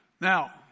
Now